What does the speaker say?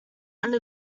under